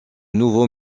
nouveau